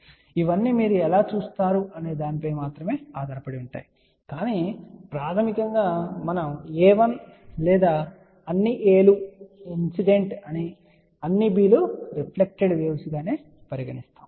కాబట్టి ఇవన్నీ మీరు ఎలా చూస్తారనే దానిపై ఆధారపడి ఉంటుంది కాని ప్రాథమికంగా మనము a1 లేదా అన్నీ a లు ఇన్సిడెంట్ వేవ్స్ అని అన్ని b లు రిఫ్లెక్టెడ్ వేవ్స్ గా పరిగణిస్తాము